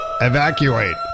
Evacuate